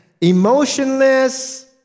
emotionless